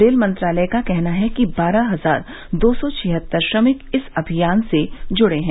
rail मंत्रालयका कहना है कि बारह हजार दो सौ छिहत्तर श्रमिक इस अभियान से जुड़े हुए हैं